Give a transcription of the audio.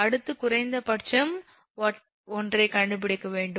அடுத்து குறைந்தபட்சம் ஒன்றை கண்டுபிடிக்க வேண்டும்